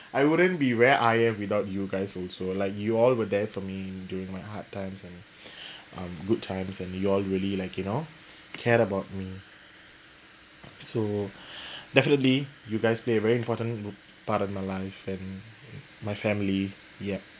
I wouldn't be where I am without you guys also like you all were there for me during my hard times and uh good times and you all really like you know cared about me so definitely you guys play very important part of my life and my family yeah